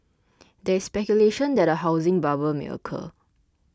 there is speculation that a housing bubble may occur